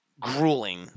grueling